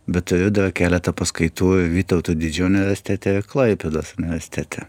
bet turiu dar keletą paskaitų vytauto didžiojo universitete klaipėdos universitete